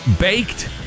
baked